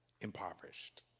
impoverished